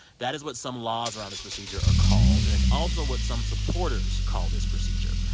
that is what some laws around this procedure are called. and it's also what some supporters call this procedure.